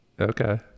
okay